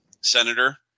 senator